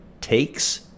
takes